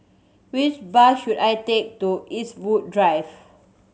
which bus should I take to Eastwood Drive